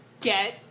Get